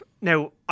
Now